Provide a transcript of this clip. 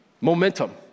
Momentum